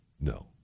No